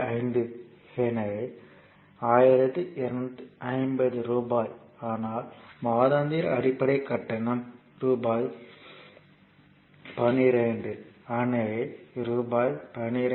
5 எனவே 1250 ரூபாய் ஆனால் மாதாந்திர அடிப்படை கட்டணம் ரூபாய் 12